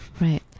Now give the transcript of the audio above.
Right